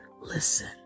listen